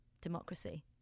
democracy